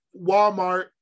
Walmart